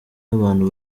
abantu